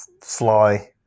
fly